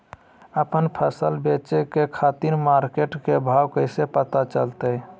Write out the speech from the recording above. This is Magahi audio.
आपन फसल बेचे के खातिर मार्केट के भाव कैसे पता चलतय?